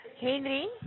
Henry